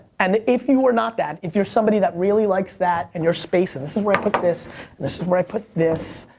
and if you are not that, if you're somebody that really like that, and your space, and this is where i put this, and this is where i put this,